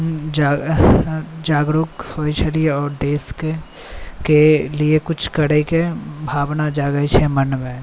जाग जागरूक होइ छलिए आओर देशकेलिए किछु करैके भावना जागै छै मोनमे